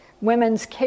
Women's